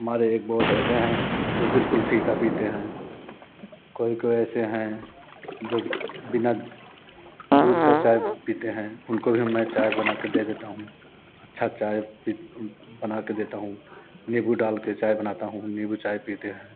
हमारे एक बॉस ऐसे हैं जो बिल्कुल फ़ीका पीते हैं कोई कोई ऐसे हैं जो बिना दूध का चाय पीते हैं उनको भी मैं चाय बना के दे देता हूँ अच्छा चाय बना के देता हूँ नीबू डाल के चाय बनाता हूँ नीबू चाय पीते हैं